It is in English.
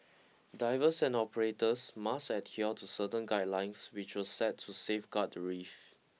divers and operators must adhere to certain guidelines which were set to safeguard the reef